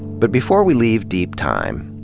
but before we leave deep time,